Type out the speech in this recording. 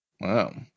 Wow